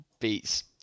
beats